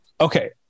okay